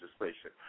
legislation